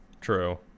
True